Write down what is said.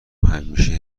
همیشه